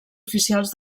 oficials